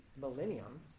millennium